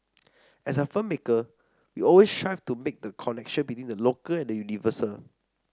as a filmmaker we always strive to make the connection between the local and the universal